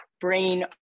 brain